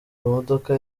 modoka